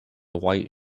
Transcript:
white